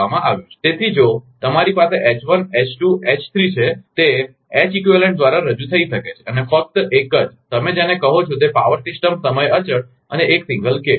તેથી જો તમારી પાસે H 1 H 2 H 3 H1 H2 H3 છે તે એચ સમકક્ષ દ્વારા રજૂ થઈ શકે છે અને ફક્ત એક જ તમે જેને કહો છો તે પાવર સિસ્ટમ સમય અચળ અને એક સિંગલ KP